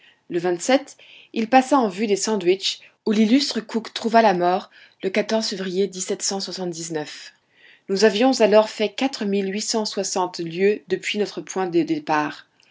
le il passa en vue des sandwich où l'illustre cook trouva la mort le février nous avions alors fait quatre mille huit cent soixante lieues depuis notre point de départ